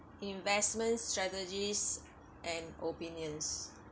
investment strategies and opinions